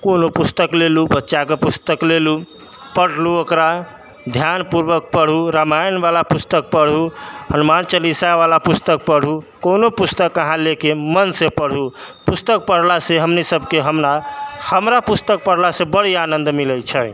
कोनो पुस्तक ले लू बच्चा के पुस्तक ले लू पढ़ लू ओकरा ध्यान पूर्वक पढू रामायण वला पुस्तक पढू हनुमान चालीसा वला पुस्तक पढू कोनो पुस्तक अहाँ लेके मनसे पढू पुस्तक पढ़ला से हमनी सबके हमरा पुस्तक पढ़ला से बड़ी आनंद मिलै छै